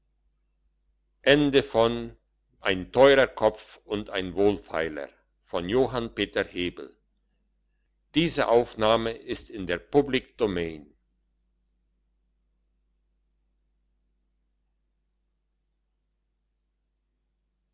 ein teurer kopf und ein wohlfeiler als der